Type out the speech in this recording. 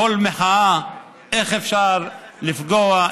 קול מחאה: איך אפשר לפגוע,